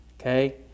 Okay